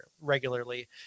regularly